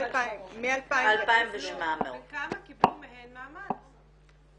כמה קיבלו מהן מעמד?